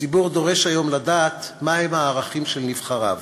הציבור דורש היום לדעת מה הם הערכים של נבחריו,